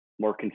more